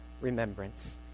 remembrance